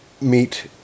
meet